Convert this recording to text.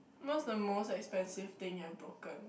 most the most expensive thing that you've broken